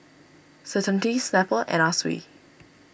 Certainty Snapple Anna Sui